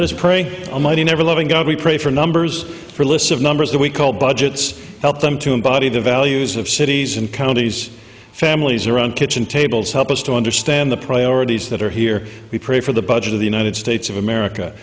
let us pray almighty never living god we pray for numbers for lists of numbers that we call budgets help them to embody the values of cities and counties families around kitchen tables help us to understand the priorities that are here we pray for the budget of the united states of america